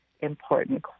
important